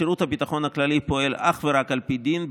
שירות הביטחון הכללי פועל אך ורק על פי דין,